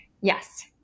yes